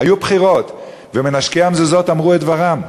והיו בחירות ומנשקי המזוזות אמרו את דברם,